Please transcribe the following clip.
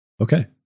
Okay